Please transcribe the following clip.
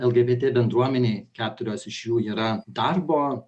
lgbt bendruomenei keturios iš jų yra darbo